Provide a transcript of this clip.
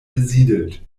besiedelt